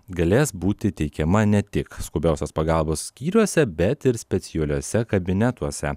galės būti teikiama ne tik skubiosios pagalbos skyriuose bet ir specialiuose kabinetuose